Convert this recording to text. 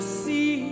see